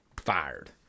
fired